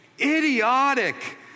idiotic